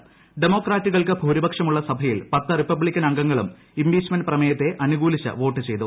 പ്രമേയം ഡെമോക്രാറ്റുകൾക്ക് ഭൂരിപക്ഷമുള്ള സഭയിൽ പത്ത് റിപ്പബ്ലിക്കൻ അംഗങ്ങളും ഇംപീച്ച്മെന്റ് പ്രമേയത്തെ അനുകൂലിച്ച് വോട്ട് ചെയ്തു